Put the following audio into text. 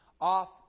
off